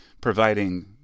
providing